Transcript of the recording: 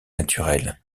naturels